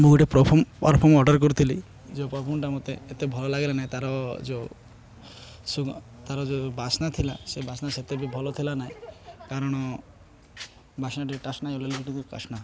ମୁଁ ଗୋଟେ perfume perfume order କରିଥିଲି ଯେଉଁ ପର୍ଫ୍ୟୁମ୍ଟା ମୋତେ ଏତେ ଭଲ ଲାଗିଲା ନାହିଁ ତାର ଯେଉଁ ତାର ଯେଉଁ ବାସ୍ନା ଥିଲା ସେ ବାସ୍ନା ସେତେ ବି ଭଲ ଥିଲା ନାହିଁ କାରଣ ବାସ୍ନାଟି ଟାସ୍ନା ହୋଇଗଲେ ଗ ଟିକେ ବାସ୍ନା